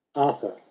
arthur,